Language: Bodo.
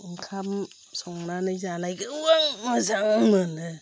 ओंखाम संनानै जानायखौ आं मोजां मोनो